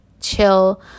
chill